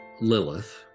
lilith